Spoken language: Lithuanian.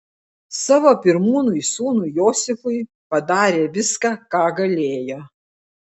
savo pirmūnui sūnui josifui padarė viską ką galėjo